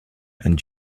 and